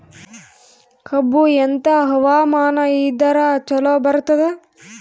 ಕಬ್ಬು ಎಂಥಾ ಹವಾಮಾನ ಇದರ ಚಲೋ ಬರತ್ತಾದ?